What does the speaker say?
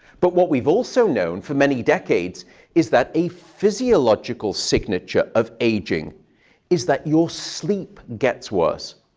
but what we've also known for many decades is that a physiological signature of aging is that your sleep gets worse.